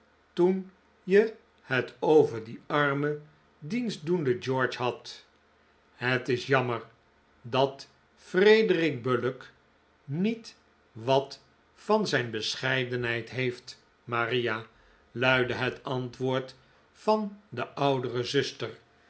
toen je het over dien armen dienstdoenden george had het is jammer dat frederic bullock niet wat van zijn bescheidenheid heeft maria luidde het antwoord van de oudere zuster